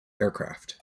aircraft